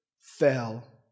fell